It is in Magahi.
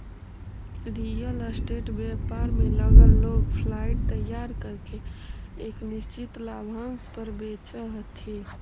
रियल स्टेट व्यापार में लगल लोग फ्लाइट तैयार करके एक निश्चित लाभांश पर बेचऽ हथी